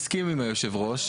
מסכים עם יושב הראש.